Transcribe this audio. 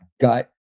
gut